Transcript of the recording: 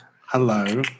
hello